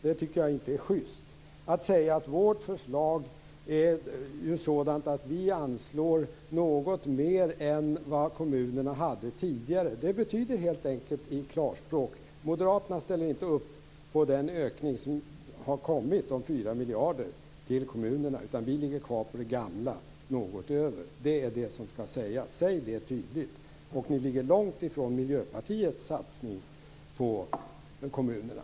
Jag tycker inte att det är schyst att säga att vårt förslag innebär att vi anslår något mer än vad kommunerna fick tidigare. I klarspråk betyder det att Moderaterna inte ställer upp på den föreslagna ökningen om 4 miljarder till kommunerna. Ni ligger kvar på det gamla förslaget, dvs. något mer. Säg det tydligt! Ni ligger långt från Miljöpartiets satsning på kommunerna.